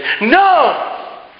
No